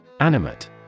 Animate